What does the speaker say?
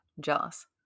jealous